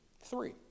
Three